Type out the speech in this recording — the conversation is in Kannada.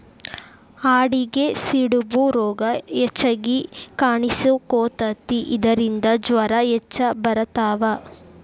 ಆಡಿಗೆ ಸಿಡುಬು ರೋಗಾ ಹೆಚಗಿ ಕಾಣಿಸಕೊತತಿ ಇದರಿಂದ ಜ್ವರಾ ಹೆಚ್ಚ ಬರತಾವ